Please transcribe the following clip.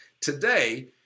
Today